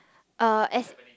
uh as